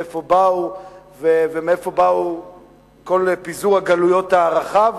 מאיפה באו ומאיפה בא כל פיזור הגלויות הרחב,